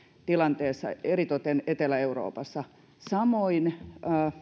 tilanteessa eritoten etelä euroopassa samoin